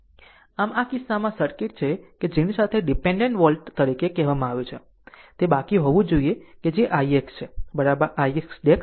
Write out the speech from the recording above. આમ આ કિસ્સામાં સર્કિટ છે કે જેની સાથે ડીપેન્ડેન્ટ વોલ્ટ તરીકે કહેવામાં આવ્યું છે તે બાકી હોવું જ જોઈએ કે જે ix છે ix ' ix "